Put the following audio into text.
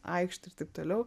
aikštė ir taip toliau